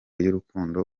y’urukundo